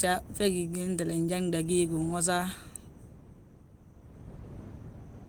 jaa ge gí njan giwentele gdagí giwosa,